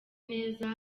neza